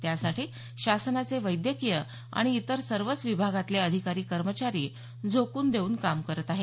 त्यासाठी शासनाचे वैद्यकीय आणि इतर सर्वच विभागांतले अधिकारी कर्मचारी झोकून देऊन काम करत आहेत